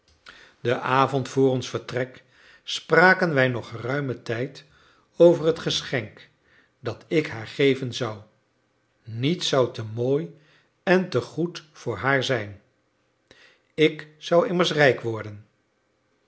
den avond vr ons vertrek spraken wij nog geruimen tijd over het geschenk dat ik haar geven zou niets zou te mooi en te goed voor haar zijn ik zou immers rijk worden